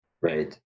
right